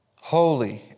Holy